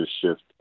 shift